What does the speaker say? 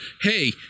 hey